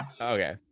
Okay